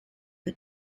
the